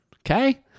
Okay